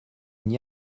n’y